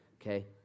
okay